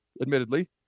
admittedly